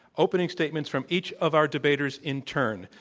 opening statements from each of our debaters in turn.